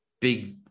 big